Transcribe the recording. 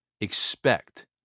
expect